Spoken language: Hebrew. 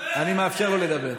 אני מאפשר לו לדבר.